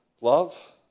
love